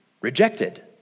rejected